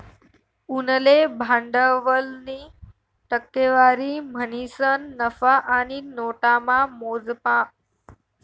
उनले भांडवलनी टक्केवारी म्हणीसन नफा आणि नोटामा मोजमाप शे